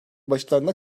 başlarında